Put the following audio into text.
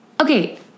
okay